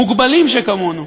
מוגבלים שכמונו,